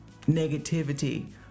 negativity